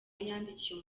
yandikiye